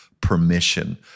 permission